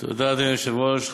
תודה, אדוני היושב-ראש.